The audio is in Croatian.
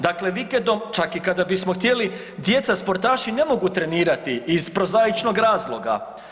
Dakle vikendom, čak i kada bismo htjeli, djeca sportaši ne mogu trenirati iz prozaičnog razloga.